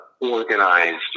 organized